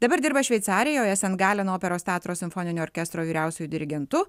dabar dirba šveicarijoje sen galeno operos teatro simfoninio orkestro vyriausiuoju dirigentu